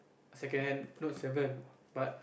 second hand Note-seven but